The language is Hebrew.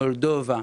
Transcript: מולדובה,